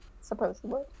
Supposedly